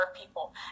people